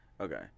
Okay